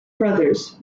brothers